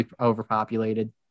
overpopulated